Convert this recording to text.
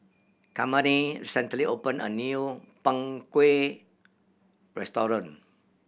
Charmaine recently opened a new Png Kueh restaurant